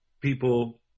people